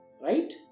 Right